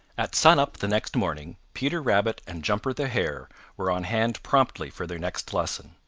at sun-up the next morning peter rabbit and jumper the hare were on hand promptly for their next lesson.